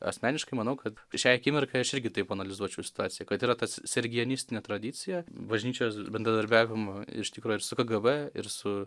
asmeniškai manau kad šiai akimirkai aš irgi taip analizuočiau situaciją kad yra tas sergiejenistinė tradicija bažnyčios bendradarbiavimo iš tikro ir su kgb ir su